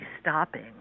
stopping